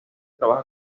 trabaja